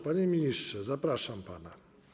Panie ministrze, zapraszam pana.